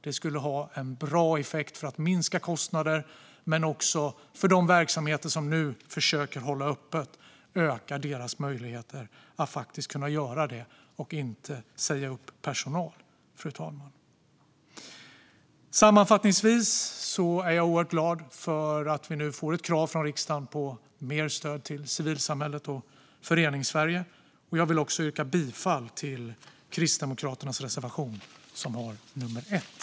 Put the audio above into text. Det skulle ha en bra effekt för att minska kostnader men också för att öka möjligheterna för de verksamheter som nu försöker hålla öppet att faktiskt göra det och inte behöva säga upp personal. Sammanfattningsvis är jag oerhört glad att vi nu får ett krav från riksdagen på mer stöd till civilsamhället och Föreningssverige. Jag vill också yrka bifall till Kristdemokraternas reservation, som har nummer 1.